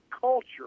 culture